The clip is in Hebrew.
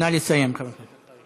נא לסיים, חבר הכנסת.